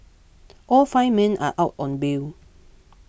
all five men are out on bail